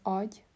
agy